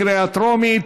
קריאה טרומית.